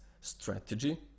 strategy